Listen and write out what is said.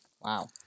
Wow